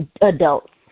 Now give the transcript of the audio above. adults